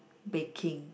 baking